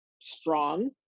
strong